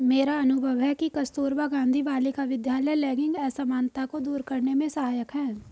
मेरा अनुभव है कि कस्तूरबा गांधी बालिका विद्यालय लैंगिक असमानता को दूर करने में सहायक है